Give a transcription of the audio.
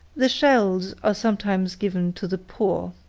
the shells are sometimes given to the poor.